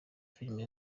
filime